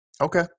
okay